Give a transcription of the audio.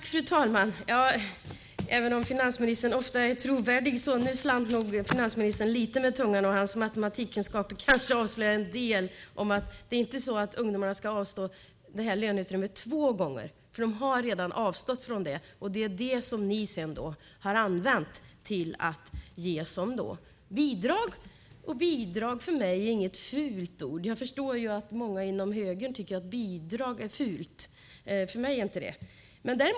Fru talman! Finansministern är ofta trovärdig. Nu slant han dock lite med tungan, och hans matematikkunskaper avslöjade vissa brister. Ungdomarna ska inte avstå löneutrymmet två gånger. De har redan avstått från det, och det har ni använt till att ge som bidrag. För mig är bidrag inget fult ord. Jag förstår att många inom högern tycker att bidrag är något fult. För mig är det inte det.